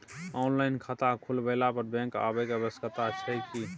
Online खाता खुलवैला पर बैंक आबै के आवश्यकता छै की?